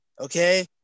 Okay